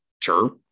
Sure